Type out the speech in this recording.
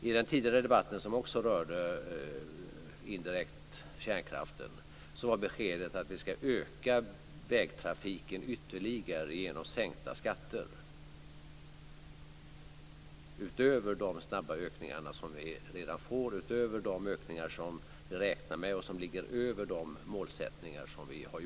I den tidigare debatten som också indirekt rörde kärnkraften var beskedet att vi ska öka vägtrafiken ytterligare genom sänkta skatter, utöver de snabba ökningar som vi redan får och utöver de ökningar som vi räknar med och som ligger över våra målsättningar.